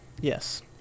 Yes